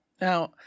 Now